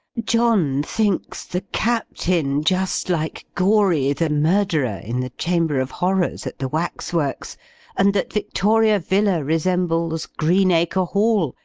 john thinks the captain just like gory, the murderer, in the chamber of horrors, at the wax-works and that victoria villa resembles greenacre hall,